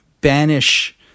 banish